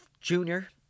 junior